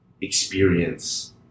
experience